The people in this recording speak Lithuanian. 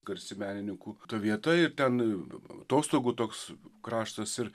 garsi menininkų vieta ir ten atostogų toks kraštas ir